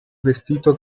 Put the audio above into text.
vestito